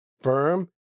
firm